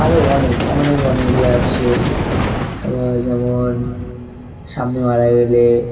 আরও অনেক অনেক অনেকে আছে আ যেমন স্বামী মারা গেলে